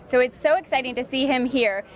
so it's so exciting to see him here.